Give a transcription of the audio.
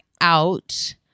out